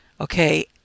Okay